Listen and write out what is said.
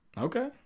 Okay